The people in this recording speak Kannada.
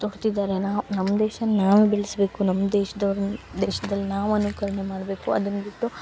ತೊಟ್ತಿದ್ದಾರೆ ನಾವು ನಮ್ಮ ದೇಶನ ನಾವೇ ಬೆಳೆಸ್ಬೇಕು ನಮ್ಮ ದೇಶದವರು ದೇಶದಲ್ಲಿ ನಾವು ಅನುಕರಣೆ ಮಾಡಬೇಕು ಅದನ್ನ ಬಿಟ್ಟು